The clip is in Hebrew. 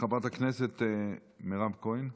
חברת הכנסת מירב כהן.